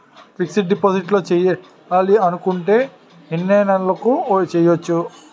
Fixed deposit చేయాలి అనుకుంటే ఎన్నే నెలలకు చేయొచ్చు?